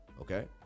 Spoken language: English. Okay